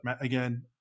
again